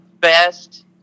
best